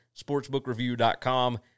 sportsbookreview.com